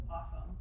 awesome